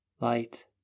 light